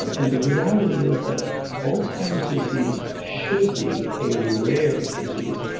um and the reality is that alzheimer's disease should be a rare disease.